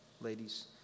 ladies